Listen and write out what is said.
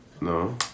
No